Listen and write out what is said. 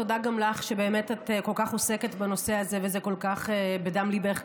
תודה גם לך שאת כל כך עוסקת בנושא הזה וזה כל כך בדם ליבך,